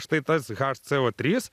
štai tas hco trys